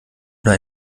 oder